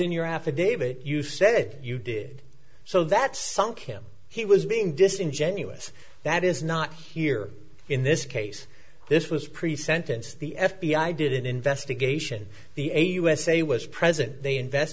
in your affidavit you said you did so that sunk him he was being disingenuous that is not here in this case this was pre sentence the f b i did an investigation the a usa was present they invest